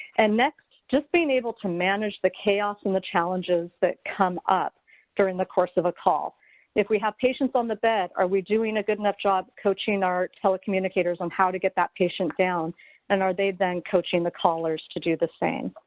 and next, just being able to manage the chaos and the challenges that come up during the course of a call if we have patients on the bed are we doing a good enough job coaching our telecommunicators how to get the patient down and are they then coaching the callers to do the same.